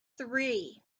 three